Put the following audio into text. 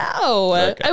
No